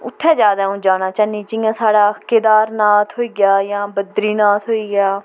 उत्थैं ज्यादा आ'ऊं जाना चाह्न्नी जियां साढ़ा केदारनाथ होई गेआ जां बद्रीनाथ होई गेआ